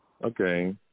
Okay